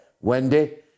Wendy